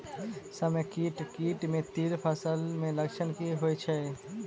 समेकित कीट केँ तिल फसल मे लक्षण की होइ छै?